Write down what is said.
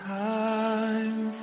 time